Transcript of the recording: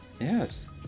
Yes